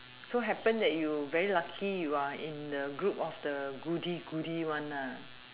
so happen that you very lucky you are in the group of the goodies goodies one lah